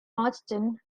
marsden